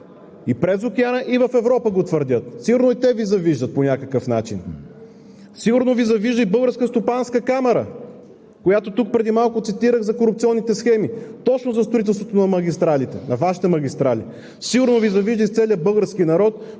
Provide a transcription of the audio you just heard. И през океана, и в Европа го твърдят! Сигурно и те Ви завиждат по някакъв начин. Сигурно Ви завижда и Българската стопанска камара, която тук преди малко цитирах за корупционните схеми точно за строителството на магистралите, на Вашите магистрали. Сигурно Ви завижда и целият български народ,